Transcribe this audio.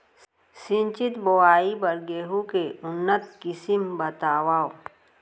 सिंचित बोआई बर गेहूँ के उन्नत किसिम बतावव?